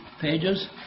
pages